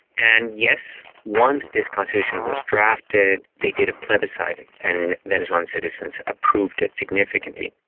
and yes, once this constitution was drafted they did a plebiscite, and and venezuelan citizens approved it significantly.